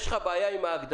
יש לך בעיה עם ההגדרה?